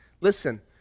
Listen